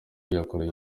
yakoranye